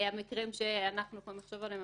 המקרים שאנחנו יכולים לחשוב עליהם,